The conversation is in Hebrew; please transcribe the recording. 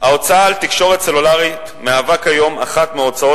ההוצאה על תקשורת סלולרית היא כיום אחת מההוצאות